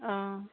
অঁ